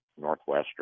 Northwestern